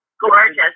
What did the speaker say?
Gorgeous